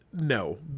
No